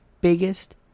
biggest